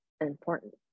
important